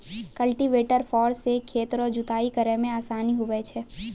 cultivator फार से खेत रो जुताइ करै मे आसान हुवै छै